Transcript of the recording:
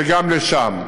וגם לשם.